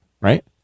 right